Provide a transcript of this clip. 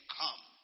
come